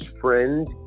friend